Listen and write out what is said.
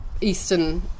eastern